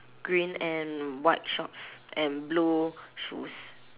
green and white shorts and blue shoes